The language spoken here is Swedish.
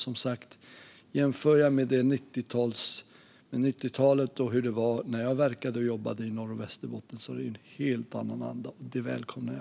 Om jag jämför med 1990-talet och hur det var när jag verkade och jobbade i Norrbotten och Västerbotten är det nämligen en helt annan anda nu, och det välkomnar jag.